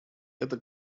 это